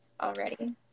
already